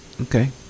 okay